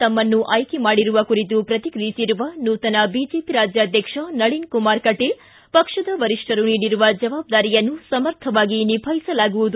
ತಮ್ಮನ್ನು ಆಯ್ಲೆ ಮಾಡಿರುವ ಕುರಿತು ಪ್ರತಿಕ್ರಿಯಿಸಿರುವ ನೂತನ ಬಿಜೆಪಿ ರಾಜ್ಯಾಧ್ವಕ್ಷ ನಳೀನ್ ಕುಮಾರ್ ಕಟೀಲ್ ಪಕ್ಷದ ವರಿಷ್ಠರು ನೀಡಿರುವ ಜವಾಬ್ದಾರಿಯನ್ನು ಸಮರ್ಥವಾಗಿ ನಿಭಾಯಿಸಲಾಗುವುದು